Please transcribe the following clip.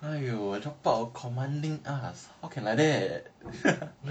!aiyo! drop out but commanding us how can like that